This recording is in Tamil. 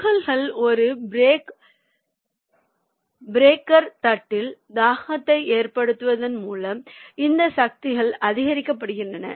துகள்கள் ஒரு பிரேக்கர் தட்டில் தாக்கத்தை ஏற்படுத்துவதன் மூலம் இந்த சக்திகள் அதிகரிக்கப்படுகின்றன